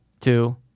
two